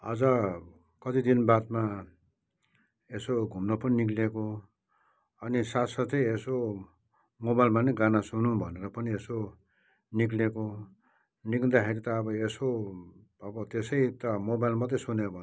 आज कति दिन बादमा यसो घुम्न पनि निक्लेको अनि साथ साथै यसो मोबाइलमा नि गाना सुनौँ भनेर पनि यसो निक्लेको निक्लिँदाखेरि त अब यसो अब त्यसै त मोबाइल मात्रै सुन्यो भने त